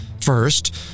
First